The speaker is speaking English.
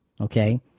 okay